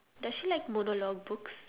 does she like monologue books